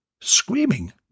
screaming